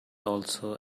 also